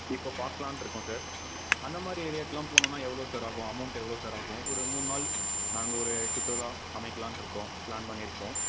இப்போ பார்க்கலான்ட்ருக்கோம் சார் அந்த மாதிரி ஏரியாக்கெலாம் போகணுன்னா எவ்வளோ சார் ஆகும் அமௌண்ட் எவ்வளோ சார் ஆகும் ஒரு மூணு நாள் நாங்கள் ஒரு சுற்றுலா அமைக்கலான்ட்டிருக்கோம் ப்ளான் பண்ணியிருக்கோம்